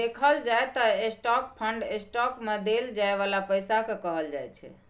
देखल जाइ त स्टाक फंड स्टॉक मे देल जाइ बाला पैसा केँ कहल जाइ छै